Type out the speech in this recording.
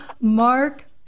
Mark